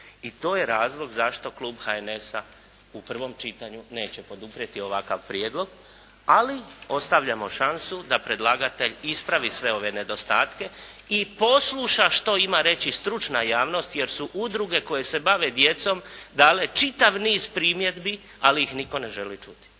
i to je razlog zašto klub HNS-a neće poduprijeti ovakav prijedlog, ali ostavljamo šansu da predlagatelj ispravi sve ove nedostatke i posluša što ima reći stručna javnost, jer su udruge koje se bave djecom dale čitav niz primjedbi, ali ih nitko ne želi čuti.